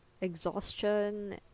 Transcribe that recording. exhaustion